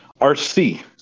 rc